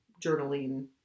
journaling